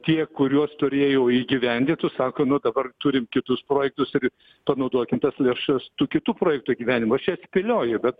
tie kuriuos turėjo įgyvendytus sako nu dabar turim kitus projektusir panaudokim tas lėšas tų kitų projektų įgyvenimui aš čia spėlioju bet